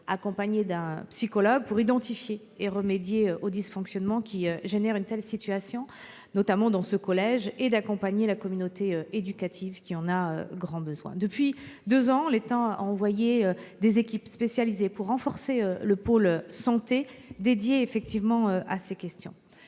accompagnée d'un psychologue, pour identifier les dysfonctionnements et y remédier, notamment dans ce collège, et accompagner la communauté éducative, qui en a grand besoin. Depuis deux ans, l'État a envoyé des équipes spécialisées pour renforcer le pôle santé dédié à ces questions.